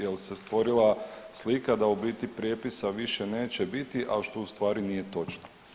Jel se stvorila slika da u biti prijepisa više neće biti, a što u stvari nije točno.